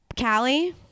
Callie